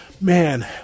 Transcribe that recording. Man